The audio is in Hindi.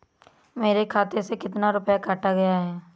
मेरे खाते से कितना रुपया काटा गया है?